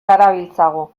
darabiltzagu